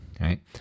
right